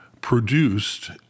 produced